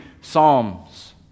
psalms